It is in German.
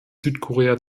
südkorea